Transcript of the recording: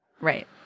Right